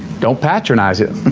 don't patronize it,